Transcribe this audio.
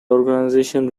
organisation